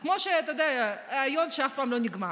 זה כמו יום שאף פעם לא נגמר.